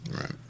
right